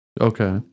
Okay